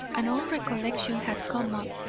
an old recollection had come up.